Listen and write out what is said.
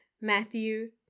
Matthew